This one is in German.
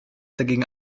dagegen